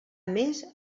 més